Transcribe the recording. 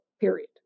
period